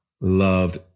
loved